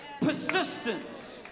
persistence